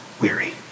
weary